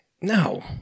No